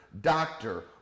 doctor